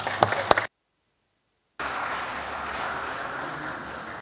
Hvala.